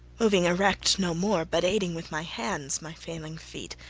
moving erect no more, but aiding with my hands my failing feet,